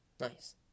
Nice